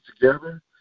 together